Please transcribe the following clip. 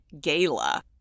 gala